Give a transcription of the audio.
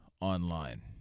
online